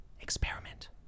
experiment